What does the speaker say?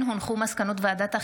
מסקנות ועדת החינוך,